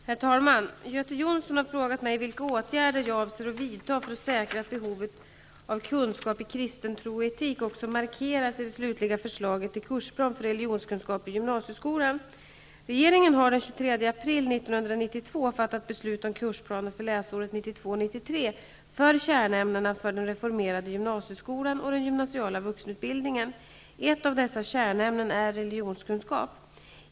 Herr talman! Göte Jonsson har frågat mig vilka åtgärder jag avser vidta för att säkra att behovet av kunskap i kristen tro och etik också markeras i det slutliga förslaget till kursplan för religionskunskap i gymnasieskolan. Regeringen har den 23 april 1992 fattat beslut om kursplaner för läsåret 1992/93 för kärnämnena för den reformerade gymnasieskolan och den gymnasiala vuxenutbildningen. Ett av dessa kärnämnen är religionskunskap.